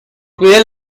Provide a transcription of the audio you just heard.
cuide